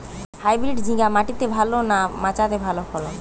Hybrid ঝিঙ্গা মাটিতে ভালো না মাচাতে ভালো ফলন?